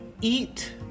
eat